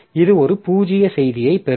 இது ஒரு பூஜ்ய செய்தியைப் பெறும்